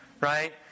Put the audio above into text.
right